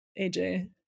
AJ